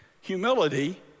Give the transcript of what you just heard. Humility